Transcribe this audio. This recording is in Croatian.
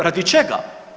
Radi čega?